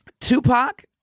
Tupac